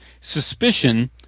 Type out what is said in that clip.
suspicion